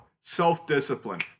self-discipline